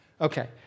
Okay